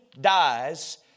dies